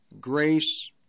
grace